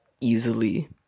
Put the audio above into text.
easily